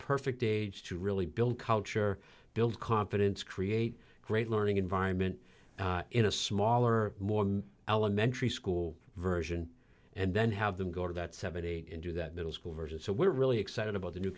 perfect age to really build culture build confidence create great learning environment in a smaller more elementary school version and then have them go to that seventy eight into that middle school version so we're really excited about the new